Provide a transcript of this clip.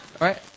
Right